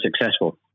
successful